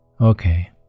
Okay